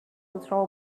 throw